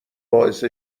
باعث